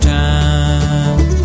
time